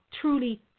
truly